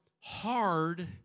hard